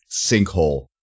Sinkhole